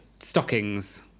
Stockings